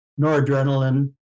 noradrenaline